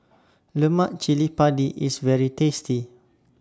Lemak Cili Padi IS very tasty